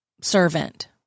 servant